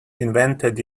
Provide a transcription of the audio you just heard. invented